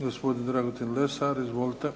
gospodin Dragutin Lesar. Izvolite.